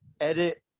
edit